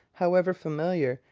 however familiar,